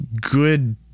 good